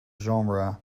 genre